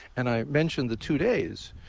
and i mentioned the two days,